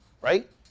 right